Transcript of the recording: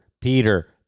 peter